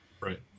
right